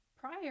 prior